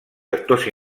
sectors